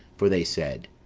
for they said